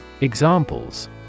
Examples